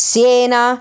Siena